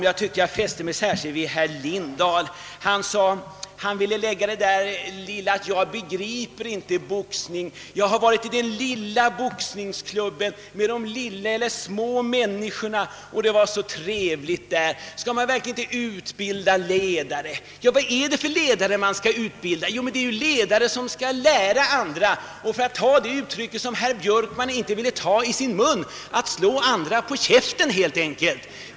Jag fäste mig särskilt vid herr Lindahls anförande. Han sade: »Jag begriper inte boxning, jag har varit i den lilla boxningsklubben med de små människorna, och det var så trevligt där! Skall man verkligen inte utbilda 1ledare?» Vad är det för ledare man skall utbilda? Jo, det är ledare som skall lära ut konsten att — för att använda ett uttryck som herr Björkman inte ville ta i sin mun — slå andra på käf ten.